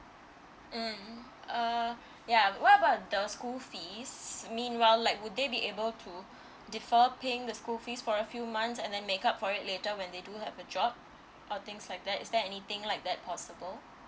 mm uh ya what about the school fees meanwhile like would they be able to defer paying the school fees for a few months and then make up for it later when they do have a job or things like that is there anything like that possible